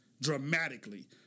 dramatically